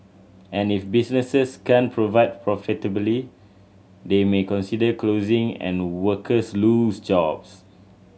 and if businesses can't provide profitably they may consider closing and workers lose jobs